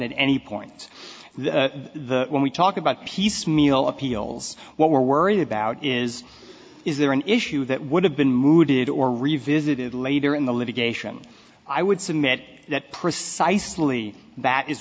at any point the when we talk about piecemeal appeals what we're worried about is is there an issue that would have been mooted or revisited later in the litigation i would submit that precisely that is